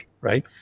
right